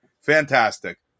Fantastic